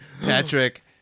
Patrick